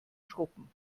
schrubben